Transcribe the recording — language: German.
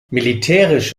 militärisch